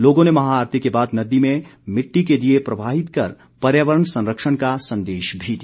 लोगों ने महाआरती के बाद नदी में मिट्टी के दीए प्रवाहित कर पर्यावरण संरक्षण का संदेश भी दिया